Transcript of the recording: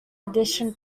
addition